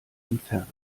entfernen